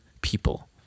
people